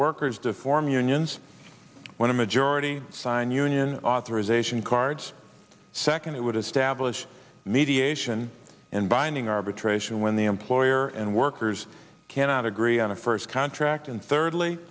workers to form unions when a majority sign union authorization cards second it would establish mediation and binding arbitration when the employer and workers cannot agree on a first contract and third